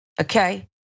Okay